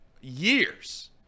years